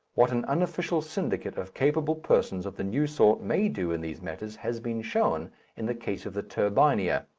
what an unofficial syndicate of capable persons of the new sort may do in these matters has been shown in the case of the turbinia,